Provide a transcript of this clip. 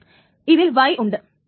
ഇതിൽ y ഉണ്ട്